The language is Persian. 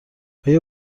آیا